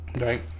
right